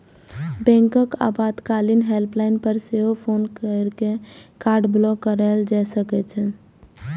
बैंकक आपातकालीन हेल्पलाइन पर सेहो फोन कैर के कार्ड ब्लॉक कराएल जा सकै छै